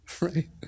right